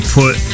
put